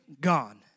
gone